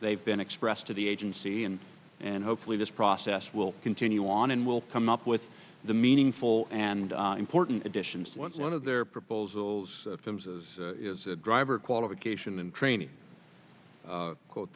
they've been expressed to the agency and and hopefully this process will continue on and will come up with the meaningful and important additions one of their proposals firms as is a driver qualification and training quote